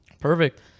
Perfect